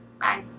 bye